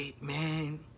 man